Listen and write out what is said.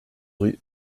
rue